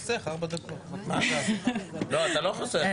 נושא חדש, זה לא המקום.